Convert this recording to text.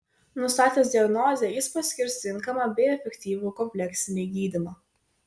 nustatęs diagnozę jis paskirs tinkamą bei efektyvų kompleksinį gydymą